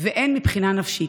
והן מבחינה נפשית.